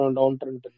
downtrend